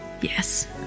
yes